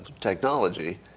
technology